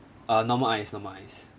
uh normal ice normal ice